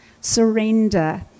Surrender